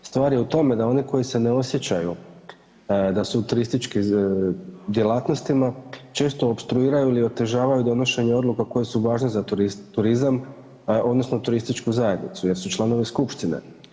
Stvar je u tome da oni koji se ne osjećaju da su u turističkim djelatnostima često opstruiraju ili otežavaju donošenje odluka koje su važne za turizam odnosno turističku zajednicu jer su članovi skupštine.